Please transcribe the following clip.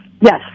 Yes